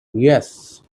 yes